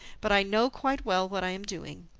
but i know quite well what i am doing.